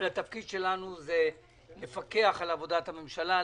התפקיד שלנו הוא לפקח על עבודת הממשלה,